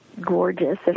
gorgeous